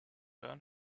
learn